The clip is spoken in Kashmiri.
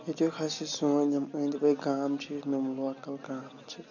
ییٚتیُٚک حظ چھِ سون یِم أنٛدۍ پٔکۍ گام چھِ یِم یِم لوکَل گام چھِ